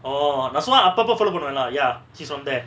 oh நா சும்மா அப்பப்ப:na summa appapa follow பண்ணுவ:pannuva lah ya she's on there